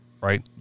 right